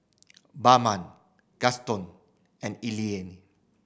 Bama Gaston and Eleni